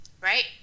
Right